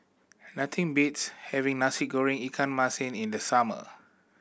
nothing beats having Nasi Goreng ikan masin in the summer